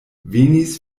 venis